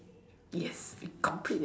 yes we complete it